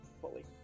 fully